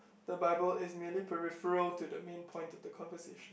the Bible is merely peripheral to the main point of the conversation